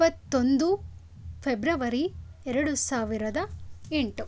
ಇಪ್ಪತ್ತೊಂದು ಫೆಬ್ರವರಿ ಎರಡು ಸಾವಿರದ ಎಂಟು